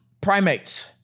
Primates